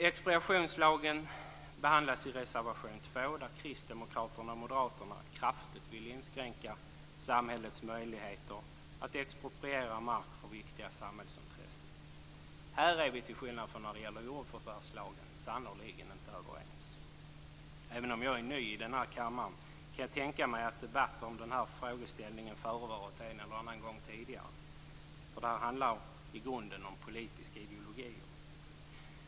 Expropriationslagen behandlas i reservation 2, där kristdemokraterna och moderaterna kraftigt vill inskränka samhällets möjligheter att expropriera mark för viktiga samhällsintressen. Här är vi, till skillnad från när det gäller jordförvärvslagen, sannerligen inte överens! Även om jag är ny i den här kammaren kan jag tänka mig att debatten om den här frågeställningen förekommit en eller annan gång tidigare, för den handlar i grunden om politiska ideologier.